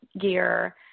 gear